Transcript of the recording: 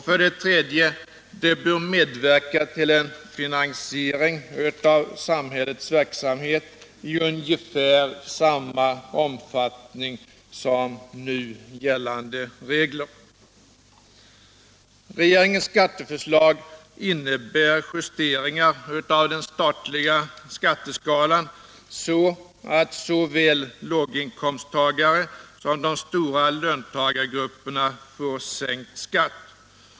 För det tredje bör det medverka till en finansiering av samhällets verksamhet i ungefär samma omfattning som nu gällande regler. Regeringens skatteförslag innebär justeringar av den statliga skatteskalan, så att såväl låginkomsttagare som de stora löntagargrupperna får sänkt skatt.